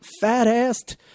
fat-assed